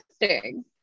interesting